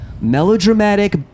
melodramatic